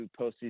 postseason